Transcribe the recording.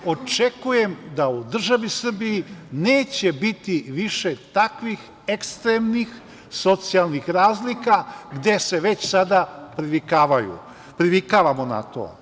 Očekujem da u državi Srbiji neće biti više takvih ekstremnih socijalnih razlika gde se već sada privikavamo na to.